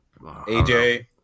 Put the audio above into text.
aj